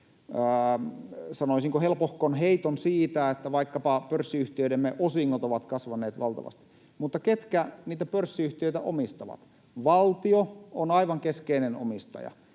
sanoisinko, helpohkon heiton siitä, että vaikkapa pörssiyhtiöidemme osingot ovat kasvaneet valtavasti. Mutta ketkä niitä pörssiyhtiöitä omistavat? Valtio on aivan keskeinen omistaja,